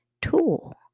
tool